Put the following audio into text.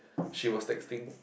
she was texting